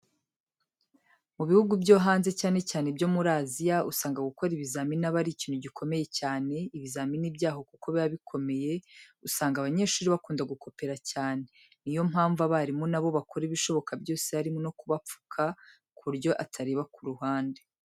Mu bihugu byo hanze cyane cyane ibyo muri Aziya usanga gukora ibizamini aba ari ikintu gikomeye cyane, ibizamini byaho kuko biba bikomeye, usanga abanyeshuri bakunda gukopera cyane, niyo mpamvu abarimu nabo bakora ibishoboka byose harimo no kubapfuka kuburyo atareba ku ruhande.